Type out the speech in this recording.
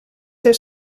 het